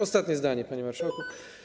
Ostatnie zdanie, panie marszałku.